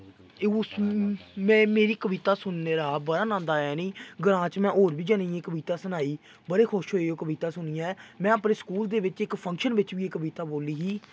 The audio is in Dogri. उस मेरी कविता सुनने हा बड़ा नंद आया इ'नें गी ग्रांऽ च मैं होर बी जनें दी एह् कविता सनाई बड़े खुश होऐ ओह् कविता सुनियै मैं अपने स्कूल दे बिच्च बी इक फंक्शन बिच्च बी एह् कविता बोली ही